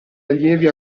allievi